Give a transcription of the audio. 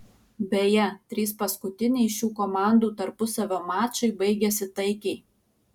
beje trys paskutiniai šių komandų tarpusavio mačai baigėsi taikiai